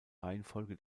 reihenfolge